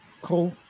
cool